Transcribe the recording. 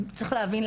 צריך להבין,